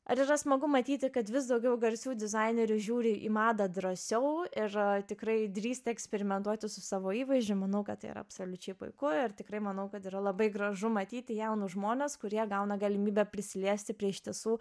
ar yra smagu matyti kad vis daugiau garsių dizainerių žiūri į madą drąsiau ir tikrai drįsta eksperimentuoti su savo įvaizdžiui manau kad tai yra absoliučiai puiku ir tikrai manau kad yra labai gražu matyti jaunus žmones kurie gauna galimybę prisiliesti prie iš tiesų